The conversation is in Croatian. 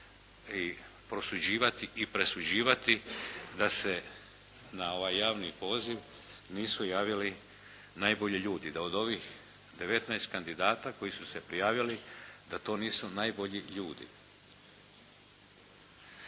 i prosuđivati i presuđivati da se na ovaj javni poziv nisu javili najbolji ljudi, da od ovih 19 kandidata koji su se prijavili da to nisu najbolji ljudi.